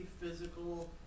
physical